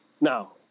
Now